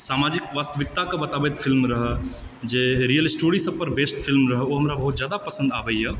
सामाजिक वास्तविकता के बताबैत फिल्म रहय जे रियल स्टोरी सभपर बेस्सड फिल्म रहय ओ हमरा बहुत जादा पसन्द आबैया